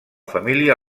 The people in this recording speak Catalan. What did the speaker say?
família